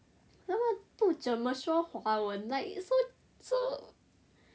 不怎么说华文 like it's so so~